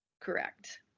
Correct